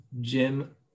Jim